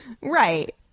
Right